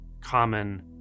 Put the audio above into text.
common